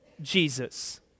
Jesus